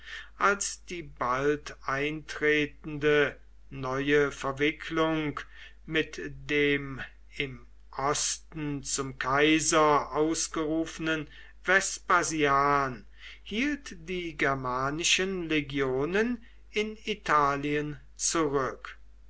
als die bald eintretende neue verwicklung mit dem im osten zum kaiser ausgerufenen vespasian hielt die germanischen legionen in italien zurück